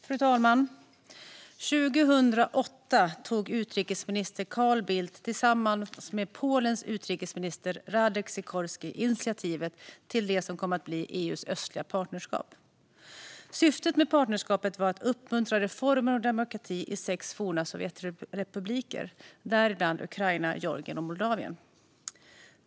Fru talman! År 2008 tog utrikesminister Carl Bildt tillsammans med Polens utrikesminister Radek Sikorski initiativ till det som kom att bli EU:s östliga partnerskap. Syftet med partnerskapet var att uppmuntra reformer och demokrati i sex forna sovjetrepubliker, däribland Ukraina, Georgien och Moldavien.